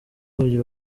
kugira